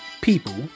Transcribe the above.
people